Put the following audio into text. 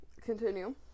Continue